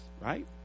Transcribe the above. right